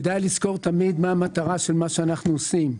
כדאי תמיד לזכור מה המטרה של מה שאנחנו עושים.